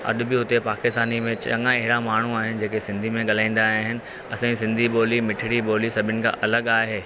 अॼु बि उते पाकिस्तानी में चङा अहिड़ा माण्हू आहिनि जेके सिन्धी में ॻाल्हाईन्दा आहिनि असांजी सिन्धी ॿोली मिठिड़ी ॿोली सभिनि खां अलॻि आहे